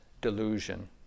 delusion